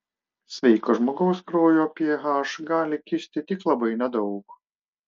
sveiko žmogaus kraujo ph gali kisti tik labai nedaug